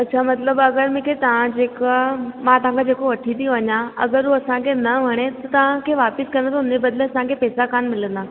अच्छा अगरि मतिलब मूंखे तव्हां जेको आहे मां तव्हांखां जेको वठी थी वञा अगरि हो असांखे न वणे त तव्हांखे वापिसि कंदो उन खे बदिला असांखे पैसा कोन्ह मिलंदा